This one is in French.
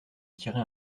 tirer